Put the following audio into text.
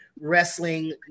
Wrestling